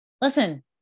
listen